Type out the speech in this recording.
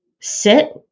sit